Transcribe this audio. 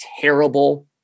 terrible